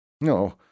No